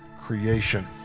creation